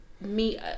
meet